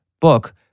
book